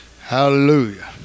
Hallelujah